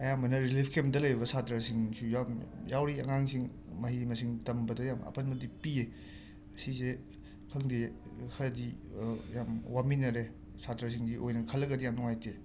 ꯑꯌꯥꯝꯕꯅ ꯔꯤꯂꯤꯐ ꯀꯦꯝꯗ ꯂꯩꯔꯤꯕ ꯁꯥꯇ꯭ꯔꯁꯤꯡꯁꯨ ꯌꯥꯝꯅ ꯌꯥꯎꯔꯤ ꯑꯉꯥꯡꯁꯤꯡ ꯃꯍꯩ ꯃꯁꯤꯡ ꯇꯝꯕꯗ ꯌꯥꯝ ꯑꯄꯟꯕꯗꯤ ꯄꯤꯌꯦ ꯑꯁꯤꯁꯦ ꯈꯪꯗꯦ ꯍꯥꯏꯗꯤ ꯌꯥꯝꯅ ꯋꯥꯃꯤꯟꯅꯔꯦ ꯁꯥꯇ꯭ꯔꯁꯤꯡꯒꯤ ꯑꯣꯏꯅ ꯈꯜꯂꯒꯗꯤ ꯌꯥꯝꯅ ꯅꯨꯡꯉꯥꯏꯇꯦ